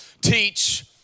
teach